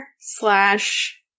slash